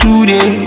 Today